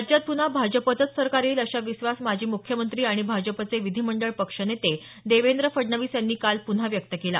राज्यात पून्हा भाजपचंच सरकार येईल असा विश्वास माजी मूख्यमंत्री आणि भाजपाचे विधिमंडळ पक्षनेते देवेंद्र फडणवीस यांनी काल पुन्हा व्यक्त केला